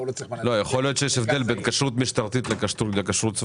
אולי יש הבדל בין כשרות משטרתית לכשרות צבאית.